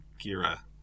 Gira